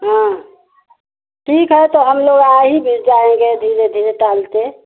हाँ ठीक है तो हम लोग आ ही भी जाएँगे धीरे धीरे टहलते